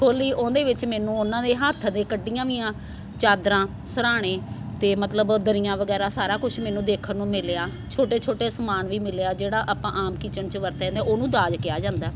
ਖੋਲ੍ਹੀ ਉਹਦੇ ਵਿੱਚ ਮੈਨੂੰ ਉਹਨਾਂ ਦੇ ਹੱਥ ਦੇ ਕੱਢੀਆਂ ਵੀਆਂ ਚਾਦਰਾਂ ਸਿਰਹਾਣੇ ਅਤੇ ਮਤਲਬ ਦਰੀਆਂ ਵਗੈਰਾ ਸਾਰਾ ਕੁਝ ਮੈਨੂੰ ਦੇਖਣ ਨੂੰ ਮਿਲਿਆ ਛੋਟੇ ਛੋਟੇ ਸਮਾਨ ਵੀ ਮਿਲਿਆ ਜਿਹੜਾ ਆਪਾਂ ਆਮ ਕਿਚਨ 'ਚ ਵਰਤਿਆ ਅਤੇ ਉਹਨੂੰ ਦਾਜ ਕਿਹਾ ਜਾਂਦਾ